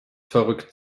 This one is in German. verrückt